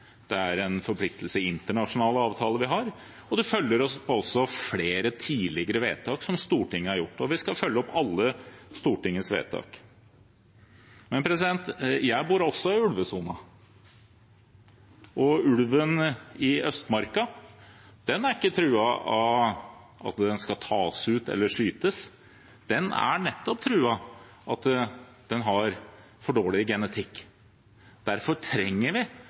det er en forpliktelse i internasjonale avtaler vi har, og det følger også av flere tidligere vedtak som Stortinget har gjort, og vi skal følge opp alle Stortingets vedtak. Jeg bor også i ulvesonen. Ulven i Østmarka er ikke truet av at den skal tas ut eller skytes, den er nettopp truet av at den har for dårlig genetikk. Derfor trenger vi